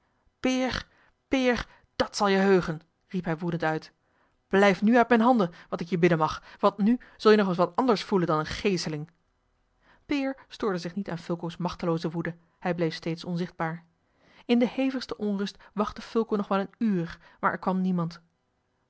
peer peer dat zal je heugen riep hij woedend uit blijf nu uit mijne handen wat ik je bidden mag want nu zul-je nog eens wat anders voelen dan eene geeseling peer stoorde zich niet aan fulco's machtelooze woede hij bleef steeds onzichtbaar in de hevigste onrust wachtte fulco nog wel een uur maar er kwam niemand